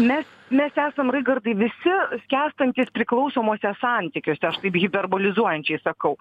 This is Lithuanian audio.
mes mes esam raigardai visi skęstantys priklausomuose santykiuose aš taip hiperbolizuojančiai sakau